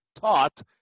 taught